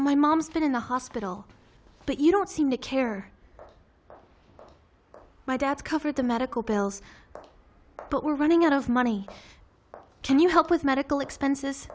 my mom's been in the hospital but you don't seem to care my dad covered the medical bills but we're running out of money can you help with medical expenses